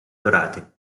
dorate